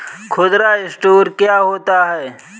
खुदरा स्टोर क्या होता है?